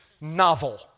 novel